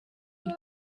die